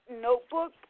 notebook